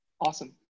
Awesome